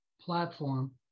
platform